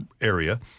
area